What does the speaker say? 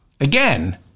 Again